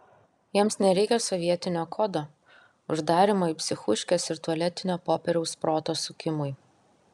jiems nereikia sovietinio kodo uždarymo į psichuškes ir tualetinio popieriaus proto sukimui